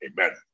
Amen